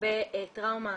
הרבה טראומה,